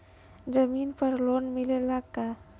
जमीन पर लोन मिलेला का?